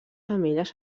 femelles